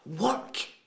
work